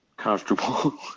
comfortable